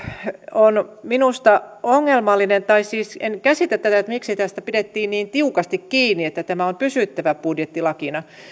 on minusta ongelmallinen tai siis en käsitä tätä miksi tästä pidettiin niin tiukasti kiinni että tämän on pysyttävä budjettilakina